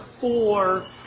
four